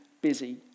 busy